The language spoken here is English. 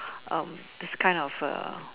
um this kind of a